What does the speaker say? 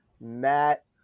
Matt